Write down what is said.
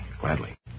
Gladly